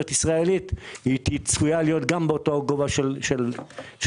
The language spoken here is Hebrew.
ישראלית צפויה להיות גם באותו גובה של מכסים.